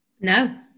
no